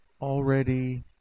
already